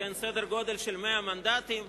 סדר-גודל של 100 מנדטים.